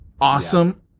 Awesome